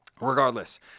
Regardless